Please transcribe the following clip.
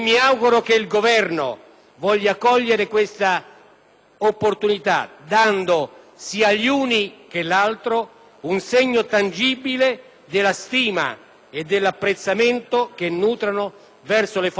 opportunità dando, sia gli uni che l'altro, un segno tangibile della stima e dell'apprezzamento che nutrono verso le Forze armate e le Forze di polizia.